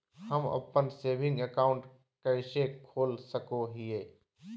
हम अप्पन saving account कइसे खोल सको हियै?